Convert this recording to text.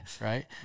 right